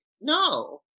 no